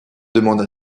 demande